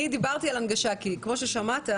אני דיברתי על הנגשה כי כמו ששמעת,